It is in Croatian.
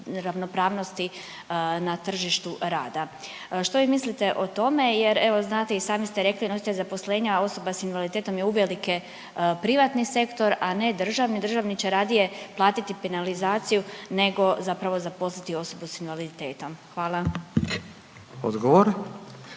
ravnopravnosti na tržištu rada. Što vi mislite o tome, jer evo, znate, i sami ste rekli, nositelj zaposlenja osoba s invaliditetom je uvelike privatni sektor, a ne državni, državni će radije platiti penalizaciju nego zapravo zaposliti osobu s invaliditetom. Hvala. **Radin,